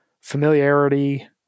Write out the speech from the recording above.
familiarity